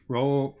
Roll